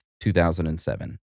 2007